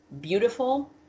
beautiful